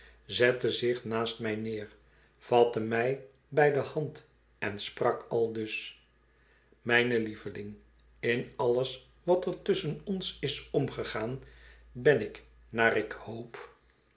zette zich naast mij neer vatte mij bij de hand en sprak aldus mijne lieveling in alles wat er tusschen ons is omgegaan ben ik naar ik hoop